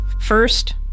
First